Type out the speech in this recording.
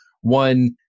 one